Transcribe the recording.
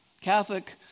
Catholic